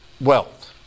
wealth